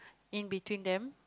in between them